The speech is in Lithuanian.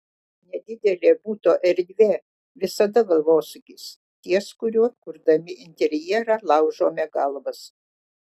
nedidelė buto erdvė visada galvosūkis ties kuriuo kurdami interjerą laužome galvas